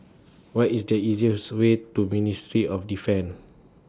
What IS The easiest Way to Ministry of Defence